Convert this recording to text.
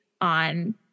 on